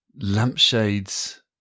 Lampshades